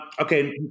Okay